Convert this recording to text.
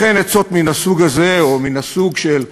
לכן, עצות מן הסוג הזה, או מן הסוג של: